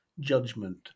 judgment